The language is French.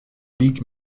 ligue